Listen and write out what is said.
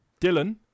Dylan